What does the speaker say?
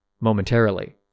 momentarily